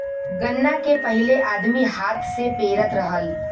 गन्ना के पहिले आदमी हाथ से पेरत रहल